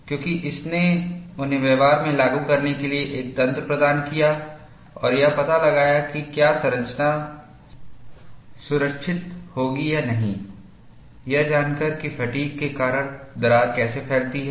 क्योंकि इसने उन्हें व्यवहार में लागू करने के लिए एक तंत्र प्रदान किया और यह पता लगाया कि क्या संरचना सुरक्षित होगी या नहीं यह जानकर कि फ़ैटिग्के कारण दरार कैसे फैलती है